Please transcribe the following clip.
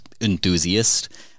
enthusiast